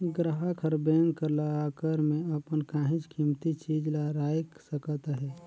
गराहक हर बेंक कर लाकर में अपन काहींच कीमती चीज ल राएख सकत अहे